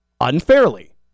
unfairly